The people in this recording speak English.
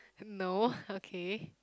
no okay